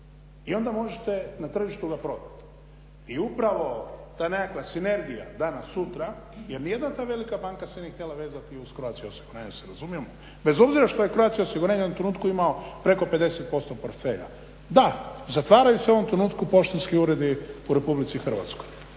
i onda možete na tržištu ga prodati. I upravo ta nekakva sinergija danas, sutra jer ni jedna ta velika banka se nije htjela vezati uz Croatia osiguranje da se razumijemo bez obzira što je Croatia osiguranje u ovom trenutku imao preko 50% portfelja. Da, zatvaraju se u ovom trenutku poštanski uredi u Republici Hrvatskoj.